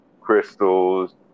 crystals